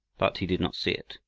but he did not see it.